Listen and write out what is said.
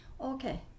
Okay